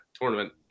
tournament